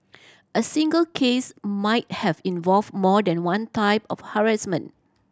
a single case might have involved more than one type of harassment